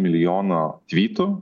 milijono tvytų